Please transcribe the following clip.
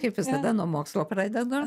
kaip visada nuo mokslo pradedu